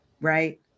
right